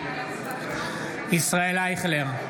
בהצבעה ישראל אייכלר,